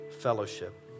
fellowship